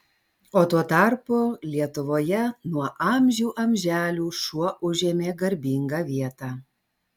o tuo tarpu lietuvoje nuo amžių amželių šuo užėmė garbingą vietą